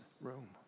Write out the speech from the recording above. room